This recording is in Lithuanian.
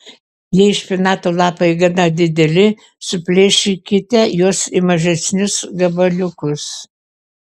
jei špinatų lapai gana dideli suplėšykite juos į mažesnius gabaliukus